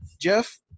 Jeff